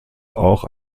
auch